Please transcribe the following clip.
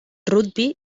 rugby